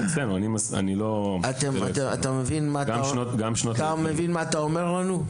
אתה מבין מה אתה אומר לנו?